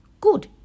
Good